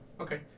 Okay